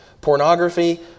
pornography